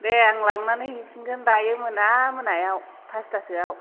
दे आं लांनानै हैफिनगोन दायो मोना मोनायाव पासतासोआव